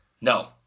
No